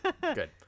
good